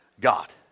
God